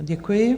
Děkuji.